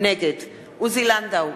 נגד עוזי לנדאו,